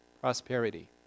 prosperity